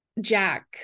Jack